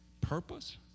purpose